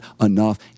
enough